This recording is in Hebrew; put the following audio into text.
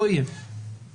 לא יהיה בחוק החדש.